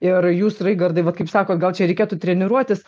ir jūs raigardai vat kaip sakot gal čia reikėtų treniruotis